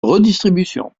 redistribution